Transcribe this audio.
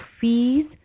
fees